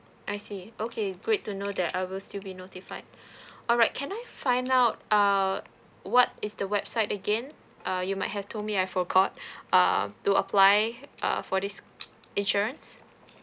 I see okay great to know that I will still be notified alright can I find out err what is the website again uh you might have told me I forgot err to apply uh for this insurance